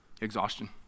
exhaustion